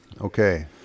okay